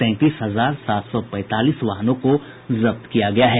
तैंतीस हजार सात सौ पैंतालीस वाहनों को जब्त किया गया है